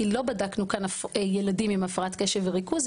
כי לא בדקנו כאן ילדים עם הפרעת קשב וריכוז,